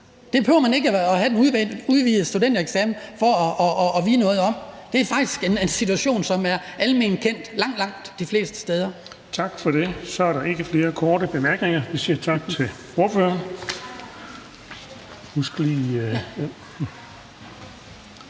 Det behøver man ikke at have den udvidede studentereksamen for at vide noget om; det er faktisk en situation, som er alment kendt langt, langt de fleste steder. Kl. 20:26 Den fg. formand (Erling Bonnesen): Så er der ikke flere korte bemærkninger, og så siger vi tak til ordføreren.